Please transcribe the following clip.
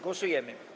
Głosujemy.